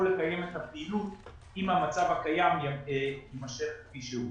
לקיים את הפעילות אם המצב הקיים יימשך כפי שהוא.